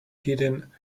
hidden